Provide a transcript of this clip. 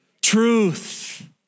truth